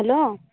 hello